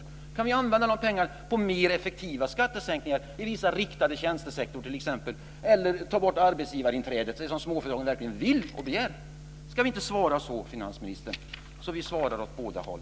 Vi kanske kan använda dessa pengar på mer effektiva skattesänkningar i t.ex. vissa riktade tjänstesektorer eller för att ta bort arbetsgivarinträdet, som småföretagen verkligen vill och begär. Ska vi inte svara så, finansministern, så att vi svarar åt båda håll?